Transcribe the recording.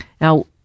Now